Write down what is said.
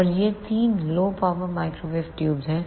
और ये तीनों लो पॉवर माइक्रोवेव ट्यूब हैं